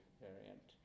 variant